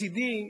מצדי,